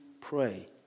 pray